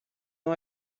não